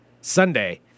Sunday